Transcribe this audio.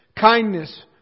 kindness